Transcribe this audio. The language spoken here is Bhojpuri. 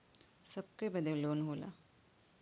सबके बदे लोन होला